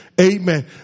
amen